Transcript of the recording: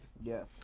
Yes